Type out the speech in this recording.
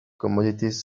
commodities